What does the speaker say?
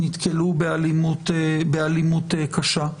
נתקלו באלימות קשה.